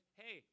hey